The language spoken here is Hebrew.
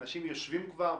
שאנחנו יושבים כבר,